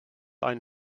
ein